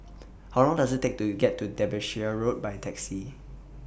How Long Does IT Take to get to Derbyshire Road By Taxi